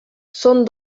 són